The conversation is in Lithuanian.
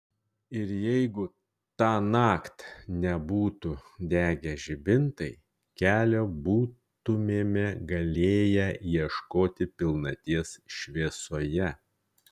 ir jeigu tąnakt nebūtų degę žibintai kelio būtumėme galėję ieškoti pilnaties šviesoje